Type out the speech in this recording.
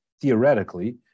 theoretically